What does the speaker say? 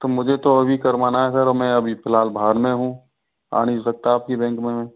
तो मुझे तो अभी करवाना है सर और मैं अभी फ़िलहाल बाहर में हूँ आ नहीं सकता आपकी बैंक में मैं